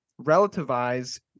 relativize –